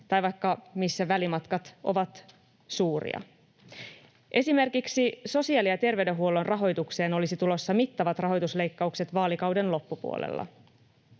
tai vaikka, missä välimatkat ovat suuria. Esimerkiksi sosiaali- ja terveydenhuollon rahoitukseen olisi tulossa mittavat rahoitusleikkaukset vaalikauden loppupuolella.